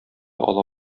ала